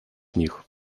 них